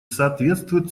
соответствует